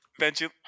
Benji